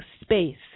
space